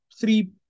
three